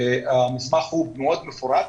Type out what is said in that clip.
הגשנו מסמך דרישה שהוא מאוד מפורט.